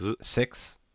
six